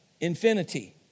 Infinity